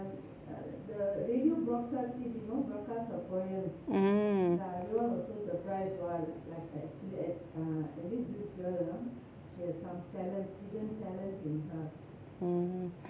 mm